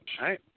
Right